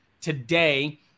today